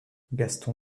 gaston